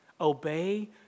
Obey